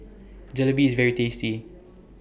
Jalebi IS very tasty